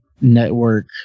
network